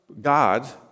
God